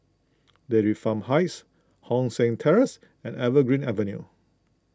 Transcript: Dairy Farm Heights Hong San Terrace and Evergreen Avenue